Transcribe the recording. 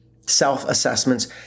Self-assessments